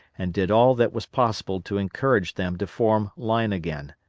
and did all that was possible to encourage them to form line again.